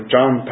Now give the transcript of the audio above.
John